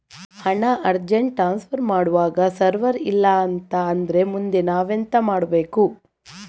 ಹಣ urgent transfer ಮಾಡ್ವಾಗ server ಇಲ್ಲಾಂತ ಆದ್ರೆ ಮುಂದೆ ನಾವೆಂತ ಮಾಡ್ಬೇಕು?